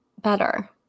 better